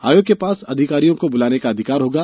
आयोग के पास अधिकारियों को बुलाने का अधिकार होगा